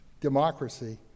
democracy